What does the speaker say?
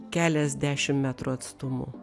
keliasdešim metrų atstumu